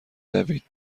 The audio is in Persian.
دوید